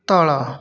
ତଳ